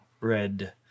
red